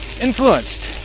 influenced